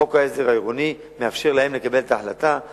חוק העזר העירוני מאפשר להם לקבל את ההחלטה,